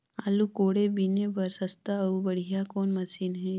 आलू कोड़े बीने बर सस्ता अउ बढ़िया कौन मशीन हे?